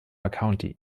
county